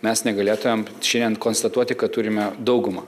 mes negalėtumėm šiandien konstatuoti kad turime daugumą